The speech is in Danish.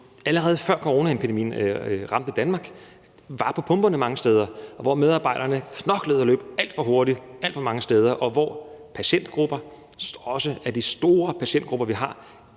allerede før coronaepidemien ramte Danmark, var på pumperne mange steder. Medarbejderne knoklede og løb alt for hurtigt alt for mange steder, og patientgrupper, også de store patientgrupper, vi har,